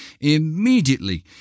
immediately